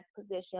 position